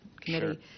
committee